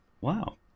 wow